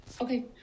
Okay